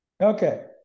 Okay